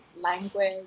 language